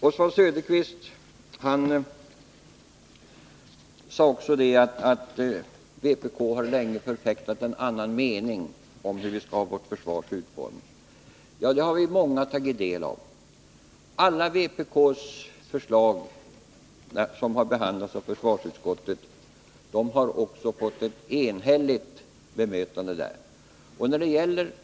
Oswald Söderqvist sade att vpk länge har förfäktat en annan mening om vårt försvars utformning. Ja, det har vi alla tagit del av. Alla vpk-förslag som behandlats av försvarsutskottet har där fått enhälligt avstyrkande.